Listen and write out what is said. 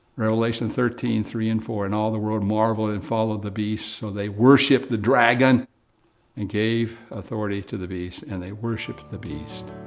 revelation thirteen three and four, and all the world marveled and followed the beast. so they worshiped the dragon who gave authority to the beast and they worshiped the beast.